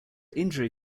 injury